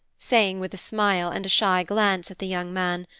saying with a smile, and a shy glance at the young man,